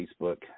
Facebook